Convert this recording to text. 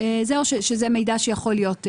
או שזהו מידע שיכול להיות בידיכם?